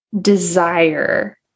desire